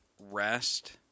rest